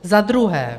Za druhé.